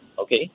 okay